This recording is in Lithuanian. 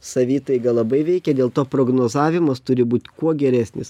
savitaiga labai veikia dėl to prognozavimas turi būt kuo geresnis